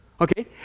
Okay